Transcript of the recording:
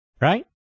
right